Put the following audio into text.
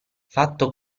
fatto